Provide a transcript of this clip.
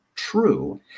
true